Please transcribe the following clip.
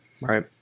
right